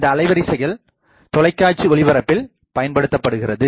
இந்த அலைவரிசைகள் தொலைக்காட்சி ஒளிபரப்பில் பயன்படுகிறது